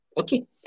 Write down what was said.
Okay